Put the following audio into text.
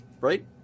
right